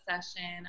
session